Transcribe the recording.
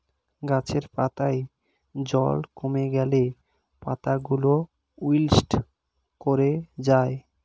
গাছের পাতায় জল কমে গেলে পাতাগুলো উইল্ট করে যায়